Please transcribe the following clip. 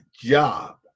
job